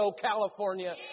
California